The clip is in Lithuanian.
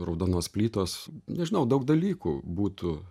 raudonos plytos nežinau daug dalykų būtų